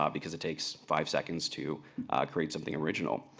um because it takes five seconds to create something original.